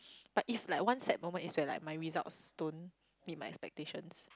but if like one sad moment is when like my results don't meet my expectations